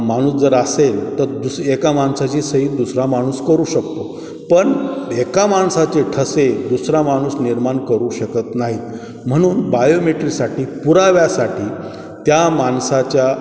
माणूस जर असेल तर दुस एका माणसाची सही दुसरा माणूस करू शकतो पण एका माणसाचे ठसे दुसरा माणूस निर्माण करू शकत नाहीत म्हणून बायोमेट्रीसाठी पुराव्यासाठी त्या माणसाच्या